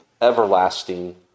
everlasting